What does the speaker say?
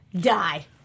die